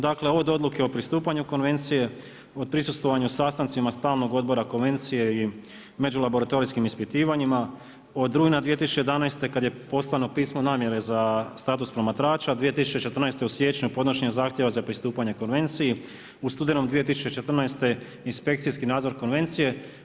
Dakle od odluke o pristupanju Konvencije, od prisustvovanja sastancima stalnog odbora konvencije i međulaboratorijskim ispitivanjima, od rujna 2011. kada je poslano pismo namjere za status promatrača, 2014. u siječnju podnošenje zahtjeva za pristupanje Konvenciju, u studenom 2014. inspekcijski nadzor Konvencije.